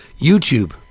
YouTube